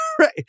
Right